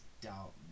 doubt